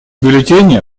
бюллетени